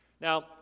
Now